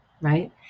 right